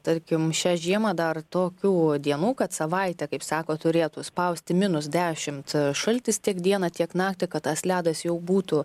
tarkim šią žiemą dar tokių dienų kad savaitę kaip sako turėtų spausti minus dešimt šaltis tiek dieną tiek naktį kad tas ledas jau būtų